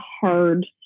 hard